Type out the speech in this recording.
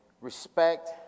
respect